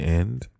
end